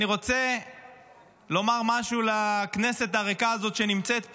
אני רוצה לומר משהו לכנסת הריקה הזאת, שנמצאת פה: